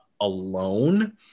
alone